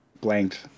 Blanked